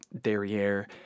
derriere